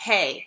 Hey